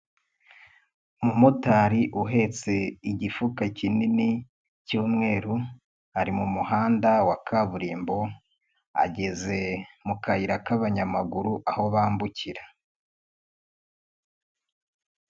Umumotari uhetse igifuka kinini cy'umweru, ari mu muhanda wa kaburimbo, ageze mu kayira k'abanyamaguru, aho bambukira.